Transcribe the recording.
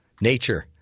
Nature